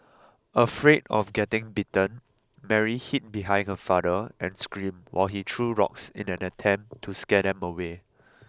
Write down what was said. afraid of getting bitten Mary hid behind her father and screamed while he threw rocks in an attempt to scare them away